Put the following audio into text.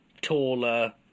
taller